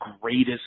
greatest